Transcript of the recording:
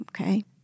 Okay